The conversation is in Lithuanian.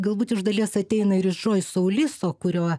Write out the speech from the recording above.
galbūt iš dalies ateina džoiso uliso kuriuo